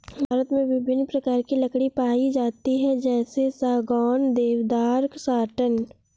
भारत में विभिन्न प्रकार की लकड़ी पाई जाती है जैसे सागौन, देवदार, साटन